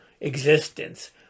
existence